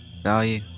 value